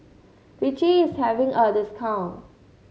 vichy is having a discount